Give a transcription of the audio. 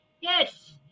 Yes